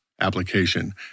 application